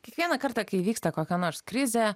kiekvieną kartą kai įvyksta kokia nors krizė